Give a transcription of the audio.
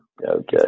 Okay